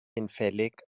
hinfällig